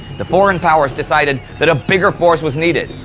the foreign powers decided that a bigger force was needed.